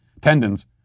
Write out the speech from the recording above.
tendons